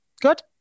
good